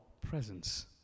presence